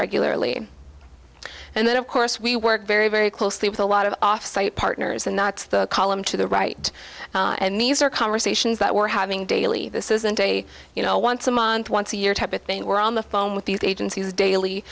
regularly and then of course we work very very closely with a lot of offsite partners and not the column to the right and these are conversations that we're having daily this isn't a you know once a month once a year type of thing we're on the phone with the agencies daily